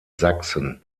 sachsen